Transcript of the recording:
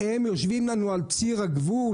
יושבים לנו על ציר הגבול